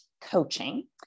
coaching